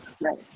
right